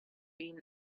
been